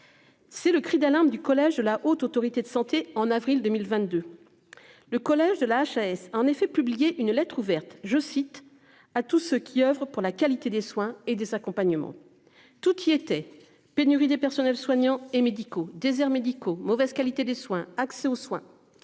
C'est le cri d'alarme du collège de la Haute autorité de santé en avril 2022. Le collège de la HAS a en effet publié une lettre ouverte je cite à tous ceux qui oeuvrent pour la qualité des soins et des accompagnements.